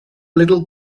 little